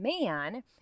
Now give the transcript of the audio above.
man